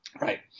Right